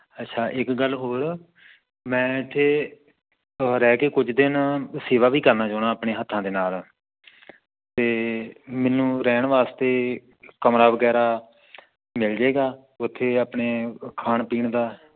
ਅੱਛਾ ਇੱਕ ਗੱਲ ਹੋਰ ਮੈਂ ਇੱਥੇ ਰਹਿ ਕੇ ਕੁਝ ਦਿਨ ਸੇਵਾ ਵੀ ਕਰਨਾ ਚਾਹੁੰਦਾ ਆਪਣੇ ਹੱਥਾਂ ਦੇ ਨਾਲ ਅਤੇ ਮੈਨੂੰ ਰਹਿਣ ਵਾਸਤੇ ਕਮਰਾ ਵਗੈਰਾ ਮਿਲ ਜਾਵੇਗਾ ਉੱਥੇ ਆਪਣੇ ਖਾਣ ਪੀਣ ਦਾ